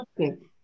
Okay